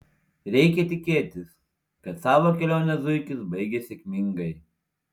reikia tikėtis kad savo kelionę zuikis baigė sėkmingai